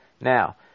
Now